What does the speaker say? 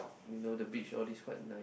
you know the beach all these quite nice